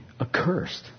accursed